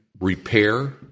repair